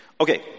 Okay